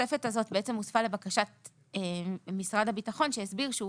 התוספת הזאת הוספה לבקשת משרד הביטחון שהסביר שהוא